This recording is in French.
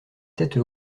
tête